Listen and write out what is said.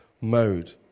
mode